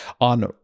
on